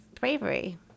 bravery